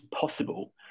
possible